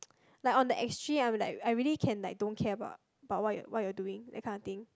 like on the extreme I'm like I really can like don't care about about what what you're doing that kind of thing